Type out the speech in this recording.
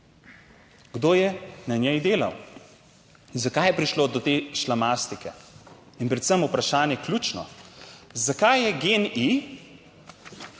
kdo je na njej delal in zakaj je prišlo do te šlamastike. In predvsem vprašanje ključno, zakaj je GEN-I